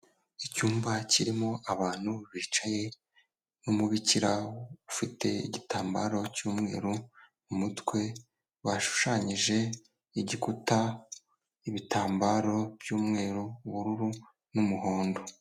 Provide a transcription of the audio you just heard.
Icyumba kirimo abantu bicaye n'umubikira ufite igitambaro cy'umweru mu mutwe. Bashushanyije igikuta, ibitambaro by'umweru, ubururu n'umuhondo.